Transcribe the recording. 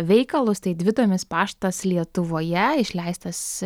veikalus tai dvitomis paštas lietuvoje išleistas